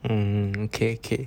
mm okay okay